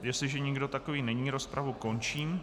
Jestliže nikdo takový není, rozpravu končím.